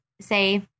say